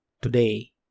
today